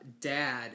dad